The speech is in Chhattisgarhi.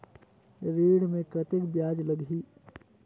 ऋण मे कतेक ब्याज लगही?